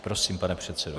Prosím, pane předsedo.